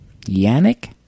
Yannick